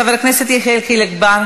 חבר הכנסת יחיאל חיליק בר,